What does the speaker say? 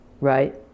right